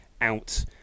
out